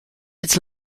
its